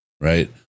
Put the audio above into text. right